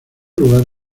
lugar